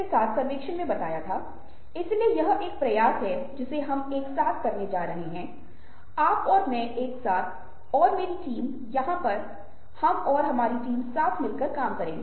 तो दो स्वयं हैं एक स्वयं का अनुभव कर रहे हैं और दूसरा स्वयं को भेदभाव करने की समझ है